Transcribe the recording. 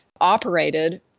operated